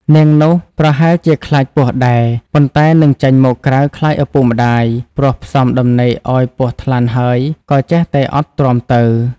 នាងនោះប្រហែលជាខ្លាចពស់ដែរ ប៉ុន្ដែនិងចេញមកក្រៅខ្លាចឪពុកម្ដាយ ព្រោះផ្សំ ដំណេកឱ្យពស់ថ្លាន់ហើយក៏ចេះតែអត់ទ្រាំទៅ ។